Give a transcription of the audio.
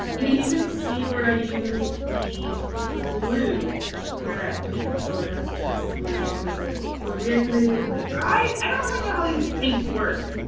and you can see where i used the the blue where that pink color has turned blue because was reactivated and then dried. i don't really know how these paints work.